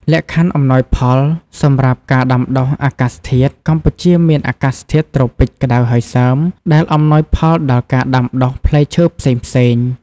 លក្ខខណ្ឌអំណោយផលសម្រាប់ការដាំដុះអាកាសធាតុ កម្ពុជាមានអាកាសធាតុត្រូពិចក្តៅហើយសើម ដែលអំណោយផលដល់ការដាំដុះផ្លែឈើផ្សេងៗ។